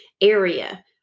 area